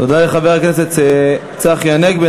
תודה לחבר הכנסת צחי הנגבי.